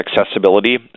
accessibility